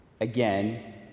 Again